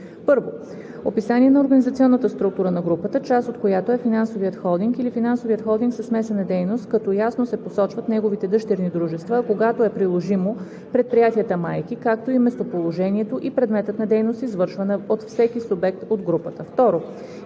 1. описание на организационната структура на групата, част от която е финансовият холдинг или финансовият холдинг със смесена дейност, като ясно се посочват неговите дъщерни дружества, а когато е приложимо – предприятията майки, както и местоположението и предметът на дейност, извършвана от всеки субект от групата; 2.